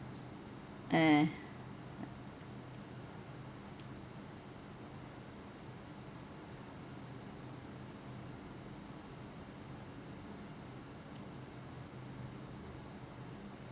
ah